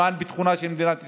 למען ביטחונה של מדינת ישראל.